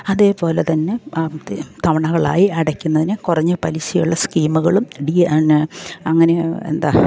അതേപോലെ തന്നെ തവണകളായി അടക്കുന്നതിന് കുറഞ്ഞ പലിശയുള്ള സ്കീമുകളും അങ്ങനെ എന്താ